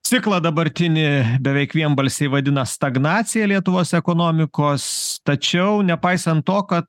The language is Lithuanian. ciklą dabartinį beveik vienbalsiai vadina stagnacija lietuvos ekonomikos tačiau nepaisant to kad